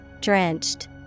Drenched